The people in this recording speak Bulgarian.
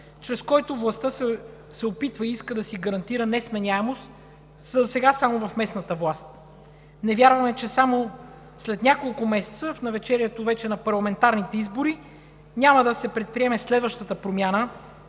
чрез който властта се опитва и иска да си гарантира несменяемост засега само в местната власт; не вярваме, че само след няколко месеца в навечерието вече на парламентарните избори няма да се предприеме следващата промяна